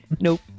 Nope